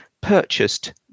purchased